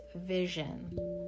vision